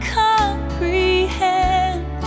comprehend